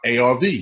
ARV